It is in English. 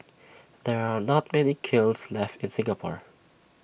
there are not many kilns left in Singapore